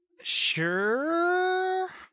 Sure